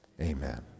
Amen